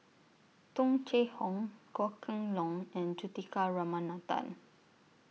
Tung Chye Hong Goh Kheng Long and Juthika Ramanathan